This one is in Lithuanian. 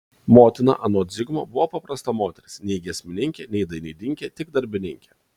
motina anot zigmo buvo paprasta moteris nei giesmininkė nei dainininkė tik darbininkė